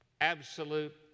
Absolute